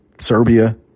Serbia